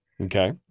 Okay